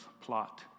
plot